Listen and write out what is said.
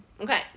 Okay